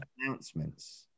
announcements